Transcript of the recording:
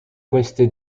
queste